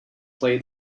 play